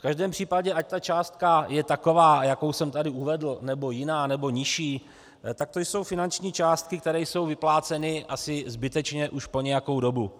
V každém případě, ať ta částka je taková, jakou jsem tady uvedl, nebo jiná, nebo nižší, tak to jsou finanční částky, které jsou vypláceny asi zbytečně už po nějakou dobu.